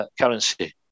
currency